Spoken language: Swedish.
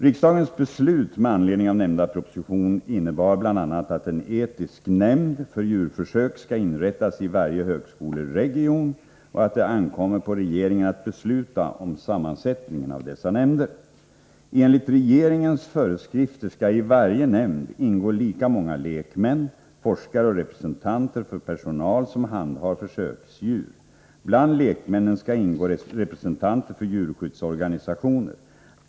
Riksdagens beslut med anledning av nämnda proposition innebar bl.a. att en etisk nämnd för djurförsök skall inrättas i varje högskoleregion och att det ankommer på regeringen att besluta om sammansättningen av dessa nämnder. Enligt regeringens föreskrifter skall i varje nämnd ingå lika många lekmän, forskare och representanter för personal som handhar försöksdjur. Bland lekmännen skall ingå representanter för djurskyddsorganisationer.